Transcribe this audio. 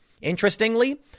Interestingly